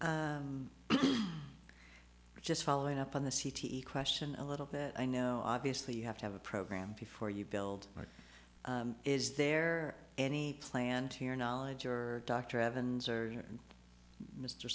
just following up on the c t e question a little bit i know obviously you have to have a program before you build but is there any plan to your knowledge or dr evans or mr